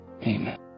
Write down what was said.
amen